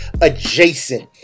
adjacent